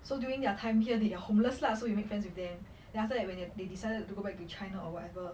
so during their time here they are homeless lah so they make friends with them then after that when they decided to go back to china or whatever